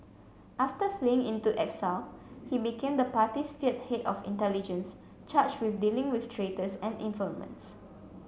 after fleeing into exile he became the party's feared head of intelligence charged with dealing with traitors and informants